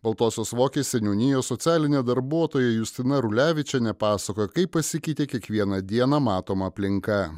baltosios vokės seniūnijos socialinė darbuotoja justina rulevičienė pasakoja kaip pasikeitė kiekvieną dieną matoma aplinka